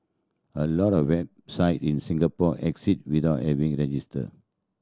a lot of website in Singapore exist without having register